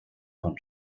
bonn